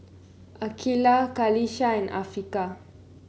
Aqeelah Qalisha and Afiqah